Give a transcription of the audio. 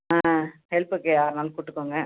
ஆ ஹெல்ப்புக்கு யார்னாலும் கூட்டுக்கோங்க